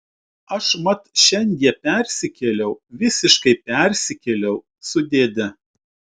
aš mat šiandie persikėliau visiškai persikėliau su dėde